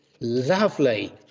Lovely